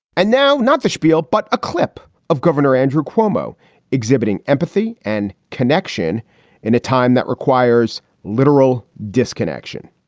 and now, not the schpiel, but a clip of governor andrew cuomo exhibiting empathy and connection in a time that requires literal disconnection.